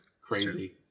Crazy